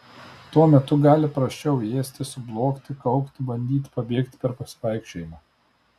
tuo metu gali prasčiau ėsti sublogti kaukti bandyti pabėgti per pasivaikščiojimą